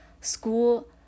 school